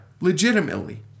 legitimately